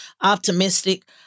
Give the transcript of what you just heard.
optimistic